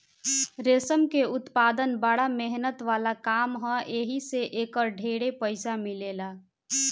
रेशम के उत्पदान बड़ा मेहनत वाला काम ह एही से एकर ढेरे पईसा मिलेला